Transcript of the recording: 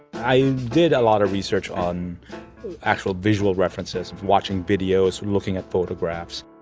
i did a lot of research on actual visual references of watching videos looking at photographs.